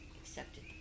Accepted